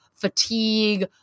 fatigue